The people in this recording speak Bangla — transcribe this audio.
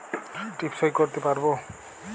টিপ সই করতে পারবো?